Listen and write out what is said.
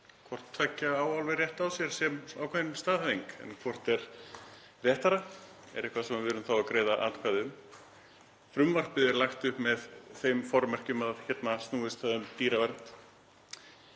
Hvort tveggja á alveg rétt á sér sem ákveðin staðhæfing. En hvort er réttara er eitthvað sem við erum að greiða atkvæði um. Frumvarpið er lagt upp með þeim formerkjum að snúast um dýravernd.